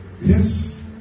Yes